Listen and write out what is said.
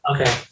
Okay